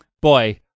boy